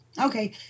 Okay